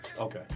Okay